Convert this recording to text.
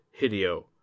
Hideo